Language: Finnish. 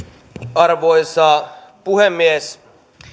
arvoisa puhemies